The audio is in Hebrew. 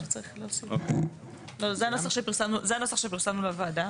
אם תרצו לגבי היעדים מה שדיברנו כעת זה לשיקול דעתכם.